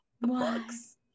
books